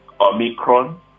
Omicron